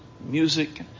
music